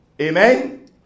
Amen